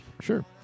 Sure